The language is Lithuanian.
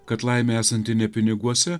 kad laimė esanti ne piniguose